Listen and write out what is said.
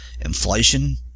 Inflation